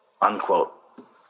Unquote